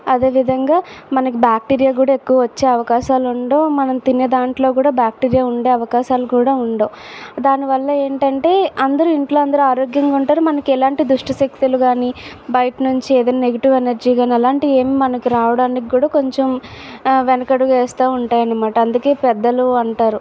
అదేవిధంగా మనకు బ్యాక్టీరియా కూడా ఎక్కువ వచ్చే అవకాశాలు ఉండవు మనం తినే దాంట్లో కూడా బ్యాక్టీరియా ఉండే అవకాశాలు కూడా ఉండవు దానివల్ల ఏంటంటే అందరు ఇంట్లో అందరు ఆరోగ్యంగా ఉంటారు మనకి ఎలాంటి దుష్టశక్తులు కానీ బయట నుంచి ఏదైనా నెగటివ్ ఎనర్జీ కానీ అలాంటివి మనకు రావడానికి కూడా కొంచెం వెనుకడుగు వేస్తు ఉంటాయన్నమాట అందుకే పెద్దలు అంటారు